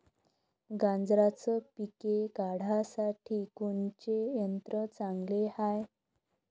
गांजराचं पिके काढासाठी कोनचे यंत्र चांगले हाय?